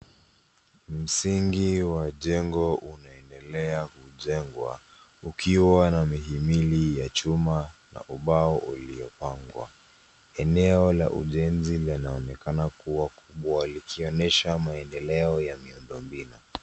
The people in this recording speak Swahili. Msingi wajengo unaendelea kujengwa ukiwa na mihimili ya chuma na ubao uliopangwa. Eneo la ujenzi linaonekana kuwa kubwa likionyesha maendeleo ya miundo mbinu.